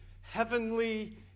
heavenly